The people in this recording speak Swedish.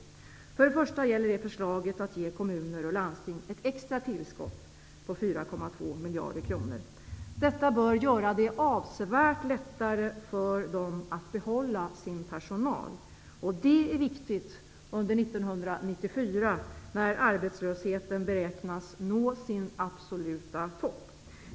För det första gäller det förslaget att ge kommuner och landsting ett extra tillskott på 4,2 miljarder kronor. Detta bör göra det avsevärt lättare för dem att behålla sin personal. Och det är viktigt under 1994 när arbetslösheten beräknas nå sin absoluta topp.